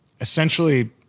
essentially